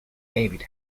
david